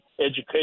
education